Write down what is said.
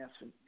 yes